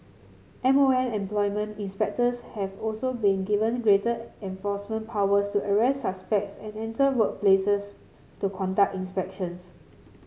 M O M employment inspectors have also been given greater enforcement powers to arrest suspects and enter workplaces to conduct inspections